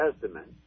Testament